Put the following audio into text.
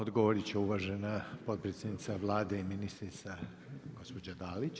Odgovorit će uvažena potpredsjednica Vlade i ministrica gospođa Dalić.